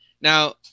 Now